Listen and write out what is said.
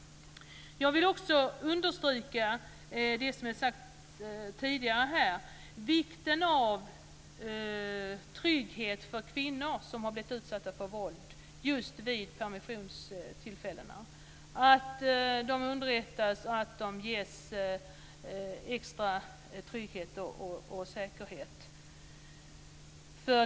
Jag vill också betona vikten av trygghet för kvinnor som har blivit utsatta för våld under intagnas permissioner. Dessa kvinnor bör underrättas och ges en extra trygghet och säkerhet.